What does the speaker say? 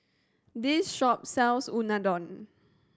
this shop sells Unadon